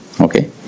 okay